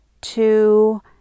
two